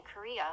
Korea